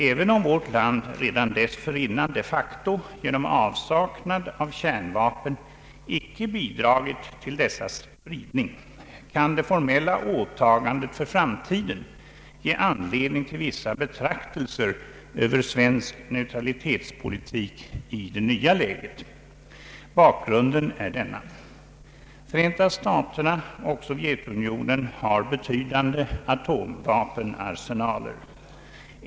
Även om vårt land redan dessförinnan de facto genom avsaknad av kärnvapen icke bidragit till dessas spridning, kan det formella åtagandet för framtiden ge anledning till vissa betraktelser över svensk neutralitetspolitik i det nya läget. Bakgrunden är denna. Förenta staterna och Sovjetunionen har betydande atomvapenarsenaler.